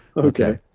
okay,